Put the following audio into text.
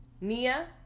Nia